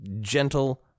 gentle